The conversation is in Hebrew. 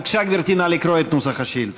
בבקשה, גברתי, נא לקרוא את נוסח השאילתה.